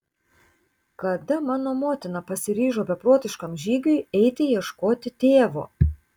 kada mano motina pasiryžo beprotiškam žygiui eiti ieškoti tėvo